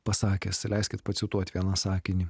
pasakęs leiskit pacituot vieną sakinį